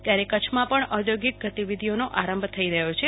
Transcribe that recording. ત્યાર કચ્છમાં પણ ઓધોગિક ગતિવિધીઓનો આરંભ થઈ રહયો છે